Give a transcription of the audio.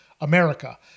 America